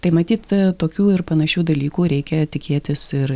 tai matyt tokių ir panašių dalykų reikia tikėtis ir